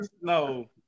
no